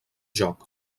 joc